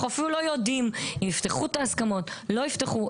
אנחנו אפילו לא יודעים אם יפתחו את ההסכמות או לא יפתחו,